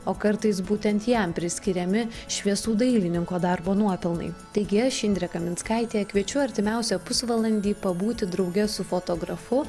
o kartais būtent jam priskiriami šviesų dailininko darbo nuopelnai taigi aš indrė kaminskaitė kviečiu artimiausią pusvalandį pabūti drauge su fotografu